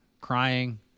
crying